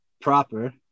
proper